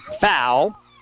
foul